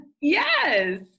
Yes